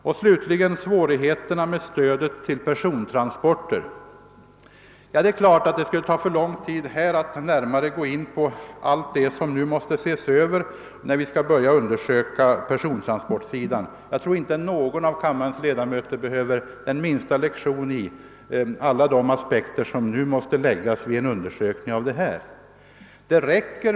Vad sedan stödet till persontransporter angår skulle det ta för lång tid att här ingå på allt det som måste ses över när vi börjar undersöka persontransportsidan. Jag tror inte heller att någon av kammarens ledamöter behöver upplysas om alla de aspekter som måste läggas på den frågan.